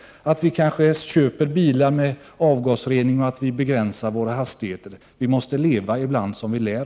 Det gäller nog för oss att köpa bilar med avgasrening och att begränsa hastigheterna. Ibland måste vi ju leva som vi lär.